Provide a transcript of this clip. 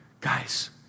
Guys